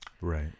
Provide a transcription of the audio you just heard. Right